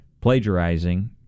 plagiarizing